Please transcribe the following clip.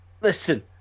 Listen